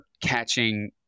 catching